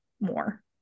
more